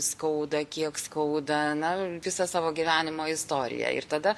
skauda kiek skauda na visą savo gyvenimo istoriją ir tada